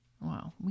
Wow